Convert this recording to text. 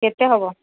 କେତେ ହେବ